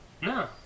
No